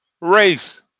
race